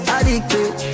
Addicted